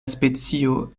specio